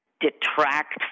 detract